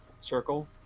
circle